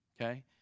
okay